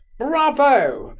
bravo!